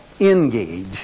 Engage